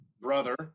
brother